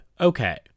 Okay